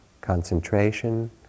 concentration